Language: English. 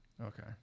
Okay